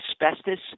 asbestos